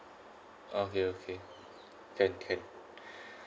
okay okay can can